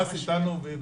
אבל